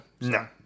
no